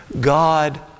God